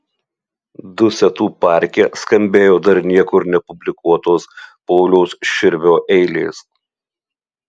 dusetų parke skambėjo dar niekur nepublikuotos pauliaus širvio eilės